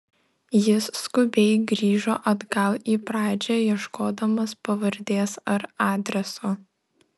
jis skubiai grįžo atgal į pradžią ieškodamas pavardės ar adreso